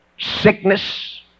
sickness